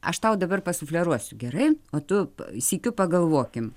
aš tau dabar pasufleruosiu gerai o tu sykiu pagalvokim